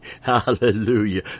Hallelujah